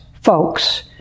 folks